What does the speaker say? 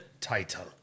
title